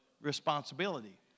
responsibility